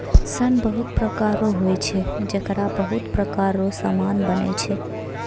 सन बहुत प्रकार रो होय छै जेकरा बहुत प्रकार रो समान बनै छै